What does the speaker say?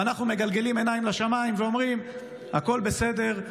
ואנחנו מגלגלים עיניים לשמיים ואומרים: הכול בסדר,